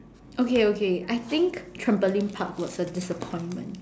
okay okay I think trampoline park was a disappointment